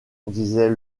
disait